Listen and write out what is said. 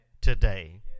today